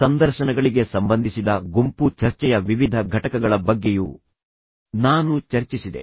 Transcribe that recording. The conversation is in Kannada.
ಸಂದರ್ಶನಗಳಿಗೆ ಸಂಬಂಧಿಸಿದ ಗುಂಪು ಚರ್ಚೆಯ ವಿವಿಧ ಘಟಕಗಳ ಬಗ್ಗೆಯೂ ನಾನು ಚರ್ಚಿಸಿದೆ